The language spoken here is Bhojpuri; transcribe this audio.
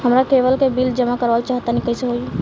हमरा केबल के बिल जमा करावल चहा तनि कइसे होई?